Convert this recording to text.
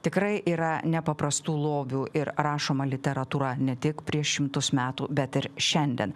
tikrai yra nepaprastų lobių ir rašoma literatūra ne tik prieš šimtus metų bet ir šiandien